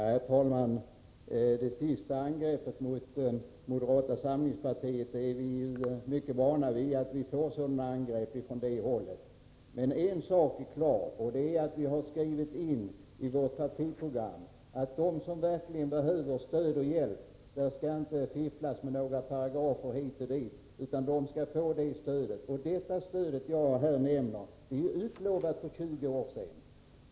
Herr talman! Angrepp av det slag som på slutet riktades mot moderata samlingspartiet är vi mycket vana att få från det hållet. Men en sak är klar, och det är att vi har skrivit in i vårt partiprogram att när någon verkligen behöver stöd och hjälp skall det inte fifflas med några paragrafer hit och dit, utan de som behöver hjälp skall få stöd. Det stöd jag här nämner utlovades för 20 år sedan.